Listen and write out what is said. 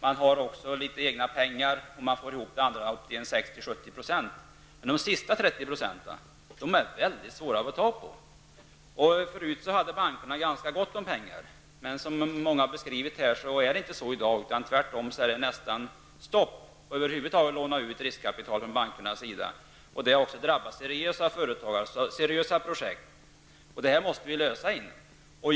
Man har även litet egna pengar. Man får ihop 60--70 %. Men de sista 30 % är väldigt svåra att få tag på. Förut hade bankerna ganska gott om pengar. Men som många har beskrivit det här är det inte så i dag, utan tvärtom är det nästan stopp för bankernas utlåning av riskkapital. Det har drabbat även seriösa företagare och seriösa projekt. Detta problem måste vi lösa.